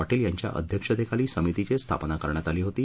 पाटील यांच्या अध्यक्षतेखाली समितीची स्थापना करण्यात आली होती